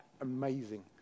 amazing